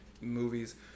movies